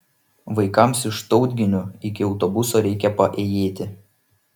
vaikams iš tautginių iki autobuso reikia paėjėti